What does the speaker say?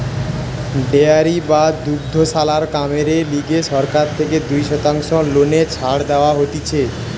dairy বা দুগ্ধশালার কামেরে লিগে সরকার থেকে দুই শতাংশ লোনে ছাড় দেওয়া হতিছে